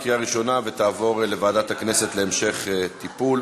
(חיוב חבר הכנסת בנזק כספי שגרם לרכוש הכנסת).